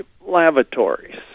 lavatories